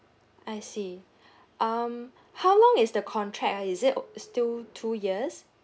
I see um how long is the contract ah is it still two years